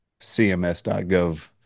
cms.gov